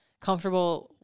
comfortable